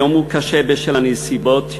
היום הוא קשה בשל הנסיבות,